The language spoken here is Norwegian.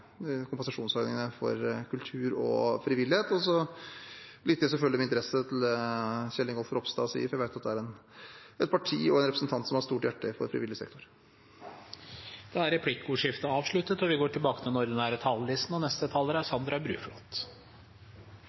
for kultur og frivillighet. Jeg lytter selvfølgelig med interesse til det Kjell Ingolf Ropstad sier, for jeg vet at det er et parti og en representant som har et stort hjerte for frivillig sektor. Replikkordskiftet er avsluttet.